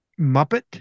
Muppet